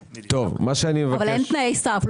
אבל אין תנאי סף?